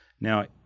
Now